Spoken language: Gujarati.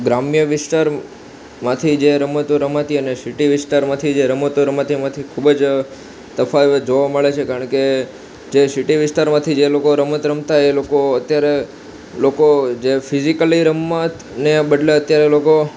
ગ્રામ્ય વિસ્તારમાંથી જે રમતો રમાતી અને સિટી વિસ્તારમાંથી જે રમતો રમાતી એમાંથી ખૂબ જ તફાવત જોવા મળે છે કારણ કે જે સિટી વિસ્તારમાંથી જે લોકો રમત રમતા એ લોકો અત્યારે લોકો જે ફિઝિકલી રમતને બદલે અત્યારે લોકો